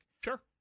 Sure